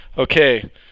Okay